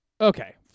Okay